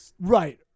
Right